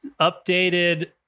updated